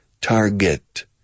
Target